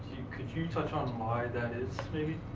could you touch on why that is maybe?